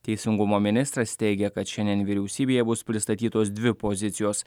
teisingumo ministras teigia kad šiandien vyriausybėje bus pristatytos dvi pozicijos